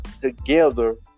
together